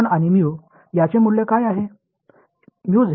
நடுத்தர பண்புகள் எங்கு செல்கின்றன